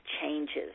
changes